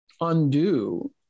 undo